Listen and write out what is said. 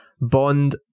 Bond